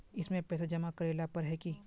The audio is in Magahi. इसमें पैसा जमा करेला पर है की?